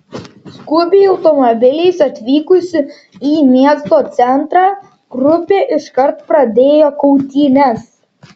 skubiai automobiliais atvykusi į miesto centrą grupė iškart pradėjo kautynes